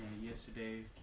Yesterday